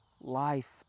Life